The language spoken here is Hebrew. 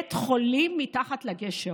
בית חולים מתחת לגשר,